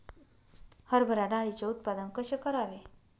हरभरा डाळीचे उत्पादन कसे करावे?